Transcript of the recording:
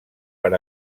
per